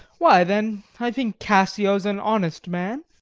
why, then, i think cassio's an honest man.